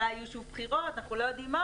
אולי יהיו שוב בחירות ואנחנו לא יודעים מה